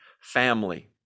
Family